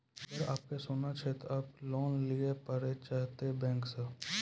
अगर आप के सोना छै ते आप लोन लिए पारे चाहते हैं बैंक से?